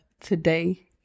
today